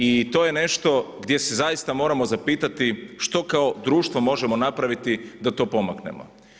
I to je nešto gdje se zaista moramo zapitati što kao društvo možemo napraviti da to pomaknemo.